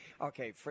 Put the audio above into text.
Okay